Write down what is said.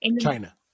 china